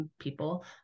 people